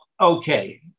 okay